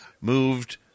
moved